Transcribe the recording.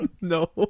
No